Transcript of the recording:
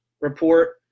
report